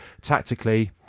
tactically